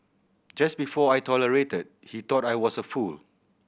just before I tolerated he thought I was a fool